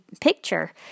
picture